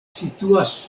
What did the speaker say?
situas